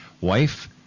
wife